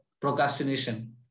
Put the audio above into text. procrastination